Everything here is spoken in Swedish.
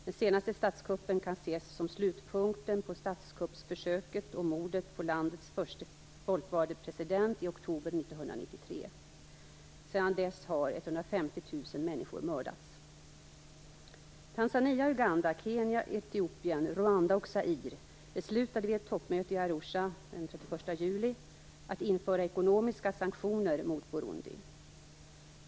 Den senaste statskuppen kan ses som slutpunkten på statskuppsförsöket och mordet på landets förste folkvalde president i oktober 1993. Sedan dess har ca 150 000 människor mördats. Zaire beslutade vid ett toppmöte i Arusha den 31 juli att införa ekonomiska sanktioner mot Burundi.